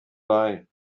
bye